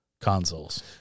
consoles